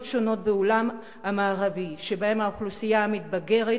שונות בעולם המערבי שבהן האוכלוסייה מתבגרת